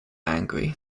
angry